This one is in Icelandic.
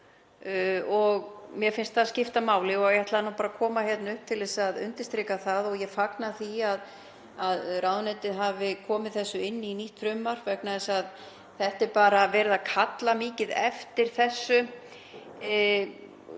Mér finnst það skipta máli og ég ætlaði bara að koma hingað upp til að undirstrika það. Ég fagna því að ráðuneytið hafi komið þessu inn í nýtt frumvarp vegna þess að það er bara verið að kalla mikið eftir þessu,